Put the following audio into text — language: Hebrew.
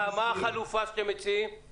מה החלופה שאתם מציעים?